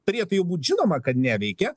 turėtų jau būt žinoma kad neveikia